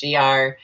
GR